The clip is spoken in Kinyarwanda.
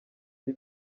ari